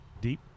Deep